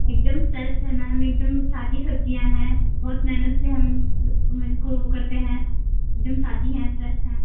एकदम फ़्रेस हैं मैम एकदम ताज़ी सब्ज़ियाँ हैं बहुत मेहनत से हम इसको करते हैं एकदम ताज़ी हैं फ्रेस हैं